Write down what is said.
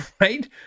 right